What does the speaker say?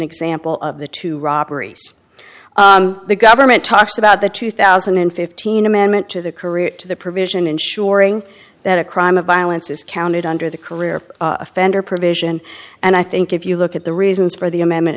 example of the two robberies the government talks about the two thousand and fifteen amendment to the career to the provision ensuring that a crime of violence is counted under the career offender provision and i think if you look at the reasons for the amendment